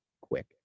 quick